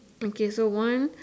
okay so one